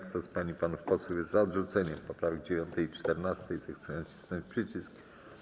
Kto z pań i panów posłów jest za odrzuceniem poprawek 9. i 14., zechce nacisnąć przycisk.